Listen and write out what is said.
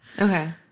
Okay